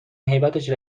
هیبتش